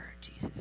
Jesus